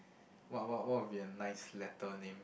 what what what would be a nice letter name